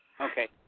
Okay